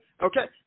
Okay